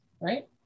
right